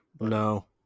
No